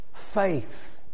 faith